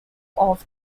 off